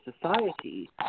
society